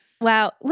Wow